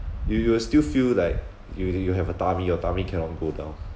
you you will still feel like you you have a tummy your tummy cannot go down